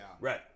Right